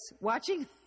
watching